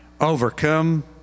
overcome